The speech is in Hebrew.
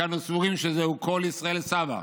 כי אנו סבורים שזהו קול ישראל סבא.